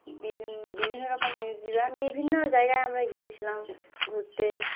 বিভি বিভিন্ন রকম মিউজিয়াম বিভিন্ন জায়গায় আমরা গিয়েছিলাম ঘুুরতে